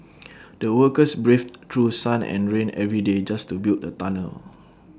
the workers braved through sun and rain every day just to build the tunnel